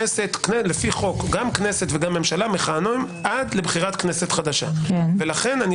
לפי חוק גם כנסת וגם ממשלה מכהנים עד בחירת כנסת חדשה ולכן אני